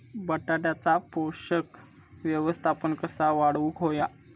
बटाट्याचा पोषक व्यवस्थापन कसा वाढवुक होया?